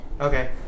okay